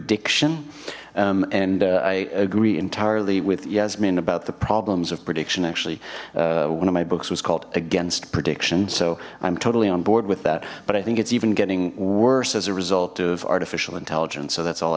prediction and i agree entirely with yasmin about the problems of prediction actually one of my books was called against prediction so i'm totally on board with that but i think it's even getting worse as a result of artificial intelligence so that's all